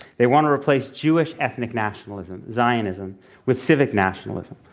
they want to replace jewish ethnic nationalism zionism with civic nationalism.